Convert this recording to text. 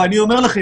ואני אומר לכם,